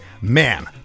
man